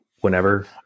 whenever